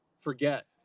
forget